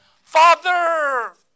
Father